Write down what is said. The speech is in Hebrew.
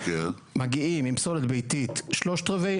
מגיעים עם פסולת ביתית שלושת רבעי,